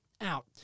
out